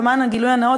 למען הגילוי הנאות,